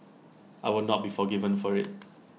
I would not be forgiven for IT